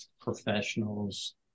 professionals